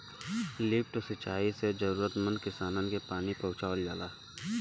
lift सिंचाई से जरूरतमंद किसानन के पानी पहुंचावल जाला